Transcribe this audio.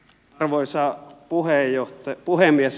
arvoisa puhemies